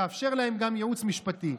לאפשר להם גם ייעוץ משפטי.